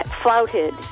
flouted